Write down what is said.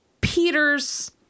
Peter's